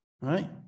right